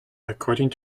according